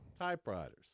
typewriters